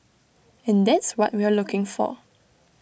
and that's what we're looking for